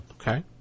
Okay